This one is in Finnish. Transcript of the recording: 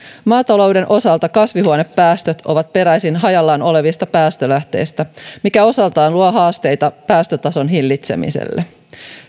maatalouden osalta kasvihuonepäästöt ovat peräisin hajallaan olevista päästölähteistä mikä osaltaan luo haasteita päästötason hillitsemiselle